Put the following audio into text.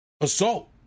assault